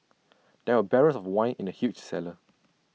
there were barrels of wine in the huge cellar